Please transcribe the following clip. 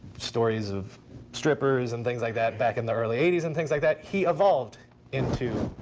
stories of strippers and things like that back in the early eighty s and things like that. he evolved into